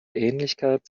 ähnlichkeit